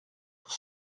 pour